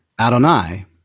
Adonai